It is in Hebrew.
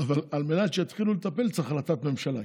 אבל על מנת שיתחילו לטפל צריך החלטת ממשלה,